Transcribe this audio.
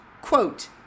Quote